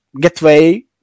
gateway